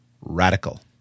RADICAL